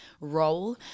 role